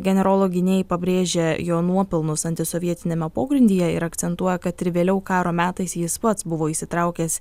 generolo gynėjai pabrėžia jo nuopelnus antisovietiniame pogrindyje ir akcentuoja kad ir vėliau karo metais jis pats buvo įsitraukęs